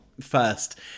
first